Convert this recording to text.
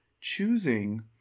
choosing